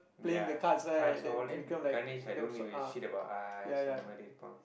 their cards all then Ganesh like don't give a shit about us